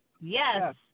Yes